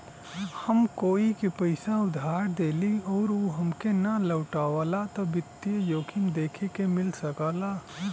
हम कोई के पइसा उधार देली आउर उ हमके ना लउटावला त वित्तीय जोखिम देखे के मिल सकला